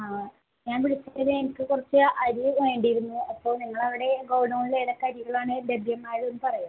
ആ ഞാൻ വിളിച്ചത് എനിക്ക് കുറച്ച് അരി വേണ്ടിയിരുന്നു അപ്പോള് നിങ്ങളുടെ അവിടെ ഗോഡൗണിൽ ഏതൊക്കെ അരികളാണ് ലഭ്യമായതെന്ന് പറയുമോ